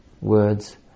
words